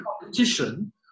competition